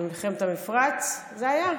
במלחמת המפרץ זה היה?